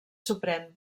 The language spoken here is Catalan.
suprem